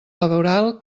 laboral